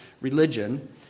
religion